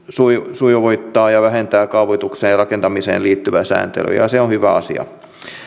sujuvoittaa ja vähentää kaavoitukseen ja rakentamiseen liittyvää sääntelyä ja ja se on hyvä asia